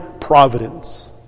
providence